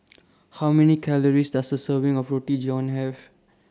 How Many Calories Does A Serving of Roti John Have